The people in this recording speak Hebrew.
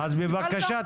אז בבקשה,